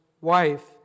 wife